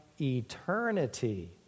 eternity